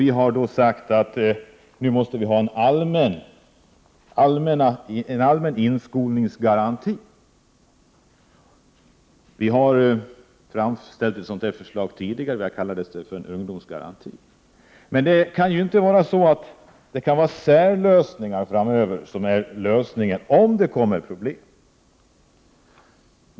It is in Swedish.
Vi har då sagt att vi måste ha en allmän inskolningsgaranti. Vi har lagt fram ett sådant förslag tidigare — då kallades det för en ungdomsgaranti. Men det är inte en sådan särlösning som är lösningen framöver om det uppstår problem.